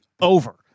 over